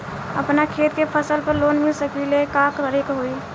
अपना खेत के फसल पर लोन मिल सकीएला का करे के होई?